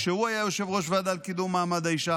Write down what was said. כשהוא היה יושב-ראש הוועדה לקידום מעמד האישה